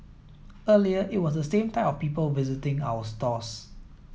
earlier it was the same type of people visiting our stores